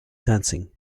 dancing